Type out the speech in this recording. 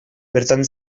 bertan